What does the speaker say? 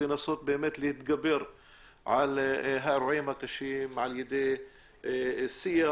לנסות להתגבר על האירועים הקשים על ידי שיח